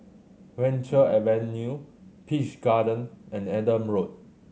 Venture Avenue Peach Garden and Adam Road